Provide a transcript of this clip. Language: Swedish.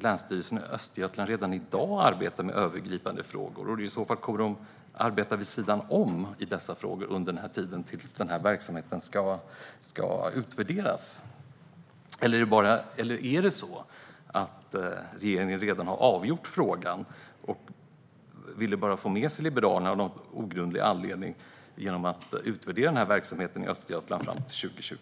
Länsstyrelsen i Östergötland redan i dag arbetar med övergripande frågor? Kommer man i så fall att arbeta vid sidan om i dessa frågor till dess att verksamheten ska utvärderas? Har regeringen redan avgjort frågan och av någon outgrundlig anledning vill få med sig Liberalerna genom att utvärdera verksamheten i Östergötland fram till 2020?